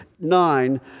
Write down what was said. nine